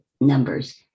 numbers